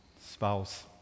spouse